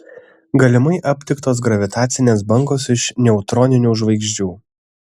galimai aptiktos gravitacinės bangos iš neutroninių žvaigždžių